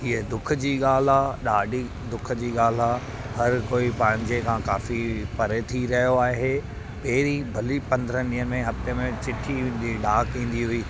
इहे दुख जी ॻाल्हि आहे ॾाढी दुख जी ॻाल्हि आहे हर कोई पंहिंजे खां काफ़ी परे थी रहियो आहे पहिरीं भली पंद्रहनि ॾींहं में हफ़्ते में चीठ्ठी ईंदी डाक ईंदी हुई